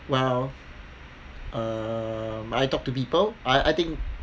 well um I talk to people I I think